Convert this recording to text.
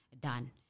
done